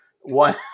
one